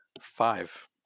five